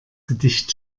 gedicht